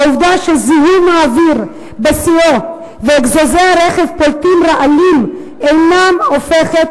העובדה שזיהום האוויר בשיאו ואגזוזי הרכב פולטים רעלים אינה הופכת